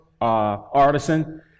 artisan